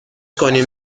کنیم